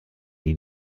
die